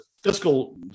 fiscal